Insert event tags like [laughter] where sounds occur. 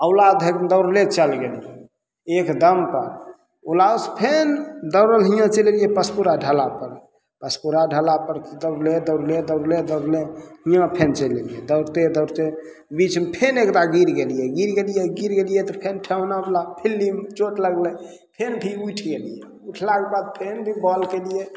OLA धरिमे दौड़ले चल गेलियै एकदम कऽ औलासँ फेन दौड़ल हियाँ चलि अयलियै पसपुरा ढालापर पसपुरा ढालापर दौड़ले दौड़ले दौड़ले दौड़ले हियाँ फेन चलि अयलियै दौड़ते दौड़ते बीचमे फेन एगदा गिर गेलियै गिर गेलियै गिर गेलियै तऽ फेन ठेहुनावला फिल्लीमे चोट लगल फेन भी उठि गेलियै उठलाके बाद फेन [unintelligible] केलियै